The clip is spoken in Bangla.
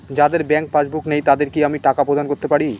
যাদের ব্যাংক পাশবুক নেই তাদের কি আমি টাকা প্রদান করতে পারি?